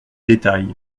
détail